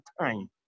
time